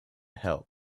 help